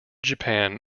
japan